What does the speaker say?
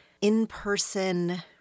in-person